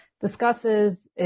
discusses